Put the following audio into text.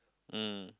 um